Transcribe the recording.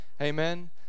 Amen